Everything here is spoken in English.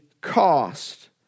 cost